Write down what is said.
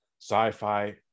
sci-fi